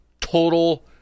total